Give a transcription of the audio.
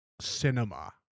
cinema